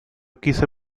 quise